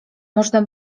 można